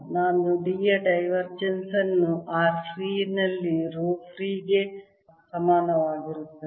ನಾನು D ಯ divergence ಅನ್ನು r ಫ್ರೀ ನಲ್ಲಿ ರೋ ಫ್ರೀ ಗೆ ಸಮಾನವಾಗಿರುತ್ತದೆ